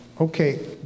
Okay